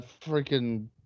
freaking